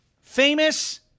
famous